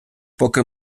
поки